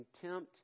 contempt